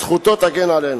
זכותו תגן עלינו.